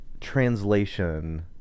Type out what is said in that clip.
translation